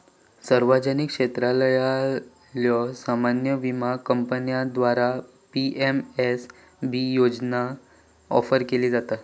सार्वजनिक क्षेत्रातल्यो सामान्य विमा कंपन्यांद्वारा पी.एम.एस.बी योजना ऑफर केली जाता